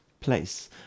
place